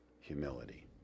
humility